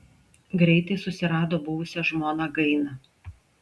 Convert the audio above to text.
greitai susirado buvusią žmoną gainą